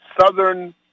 southern